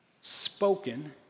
spoken